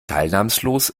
teilnahmslos